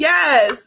Yes